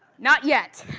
not yet.